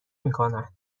میکنن